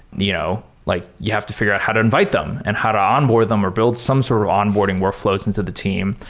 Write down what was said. you know like you have to figure out how to invite them and how to onboard them or build some sort of onboarding workflows into the team.